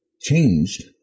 changed